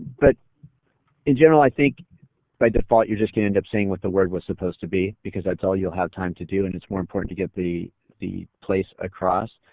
but in general i think by default you're just going to end up saying what the word was supposed to be because that's all you'll have time to do and it's more important to get the the place across.